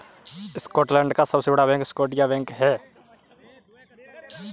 Scotland का सबसे बड़ा बैंक स्कॉटिया बैंक है